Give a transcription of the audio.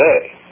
today